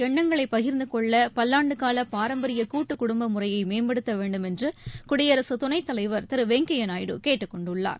எண்ணங்களை பகிா்ந்துகொள்ள பல்லாண்டுகால பாரம்பரிய கூட்டு குடும்ப முறையை மேம்படுத்த வேண்டுமென்று குடியரசு துணைத்தலைவா் திரு வெங்கையா நாயுடு கேட்டுக் கொண்டுள்ளார்